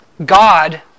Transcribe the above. God